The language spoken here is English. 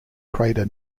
crater